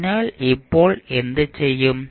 അതിനാൽ ഇപ്പോൾ എന്തു ചെയ്യും